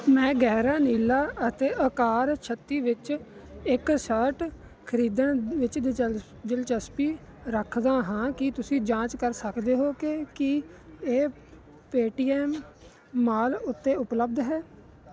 ਮੈਂ ਗਹਿਰਾ ਨੀਲਾ ਅਤੇ ਅਕਾਰ ਛੱਤੀ ਵਿੱਚ ਇੱਕ ਸ਼ਰਟ ਖਰੀਦਣ ਵਿੱਚ ਦਿਲਚਪ ਦਿਲਚਸਪੀ ਰੱਖਦਾ ਹਾਂ ਕੀ ਤੁਸੀਂ ਜਾਂਚ ਕਰ ਸਕਦੇ ਹੋ ਕਿ ਕੀ ਇਹ ਪੇਟੀਐਮ ਮਾਲ ਉੱਤੇ ਉਪਲਬਧ ਹੈ